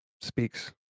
speaks